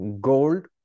Gold